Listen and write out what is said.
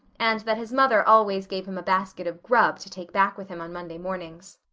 and that his mother always gave him a basket of grub to take back with him on monday mornings.